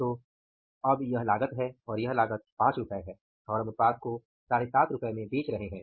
और अब यह लागत है यह लागत 5 रु है और हम उत्पाद को 75 में बेच रहे हैं